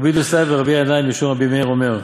רבי דוסתאי ברבי ינאי משום רבי מאיר אומר,